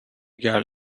girl